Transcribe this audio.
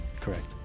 Correct